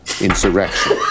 insurrection